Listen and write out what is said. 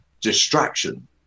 distraction